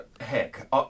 heck